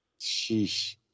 sheesh